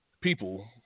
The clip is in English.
people